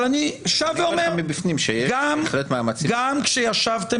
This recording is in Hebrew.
אבל אני שב ואומר גם כשאתם ישבתם